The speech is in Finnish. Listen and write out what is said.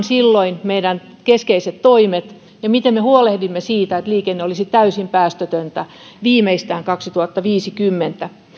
silloin meidän keskeiset toimet ja miten me huolehdimme siitä että liikenne olisi täysin päästötöntä viimeistään kaksituhattaviisikymmentä